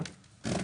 שלום,